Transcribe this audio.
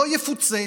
לא יפוצה.